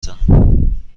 زنم